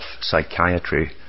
psychiatry